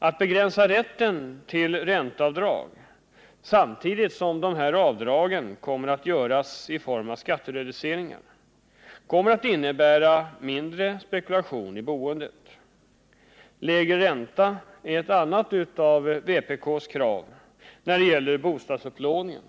Att begränsa rätten till ränteavdrag samtidigt som dessa avdrag görs i form av skattereduceringar kommer att innebära mindre spekulation i boendet. Lägre ränta är ett annat av vpk:s krav när det gäller bostadsupplåningen.